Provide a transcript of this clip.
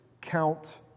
count